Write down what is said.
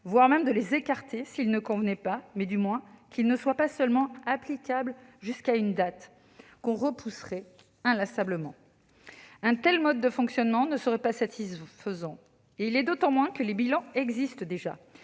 voire les écarter s'ils ne convenaient pas, mais, du moins, qu'ils ne soient pas seulement « applicables jusqu'à une date » que l'on repousserait inlassablement. Un tel mode de fonctionnement ne serait pas satisfaisant. Il l'est d'autant moins que les bilans existent déjà.